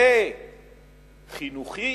זה חינוכי,